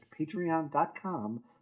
patreon.com